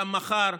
גם מחר,